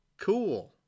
cool